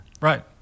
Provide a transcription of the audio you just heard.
Right